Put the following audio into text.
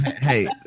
hey